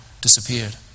disappeared